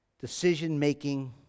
decision-making